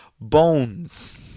Bones